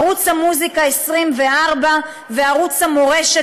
ערוץ המוזיקה 24 וערוץ המורשת,